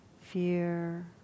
fear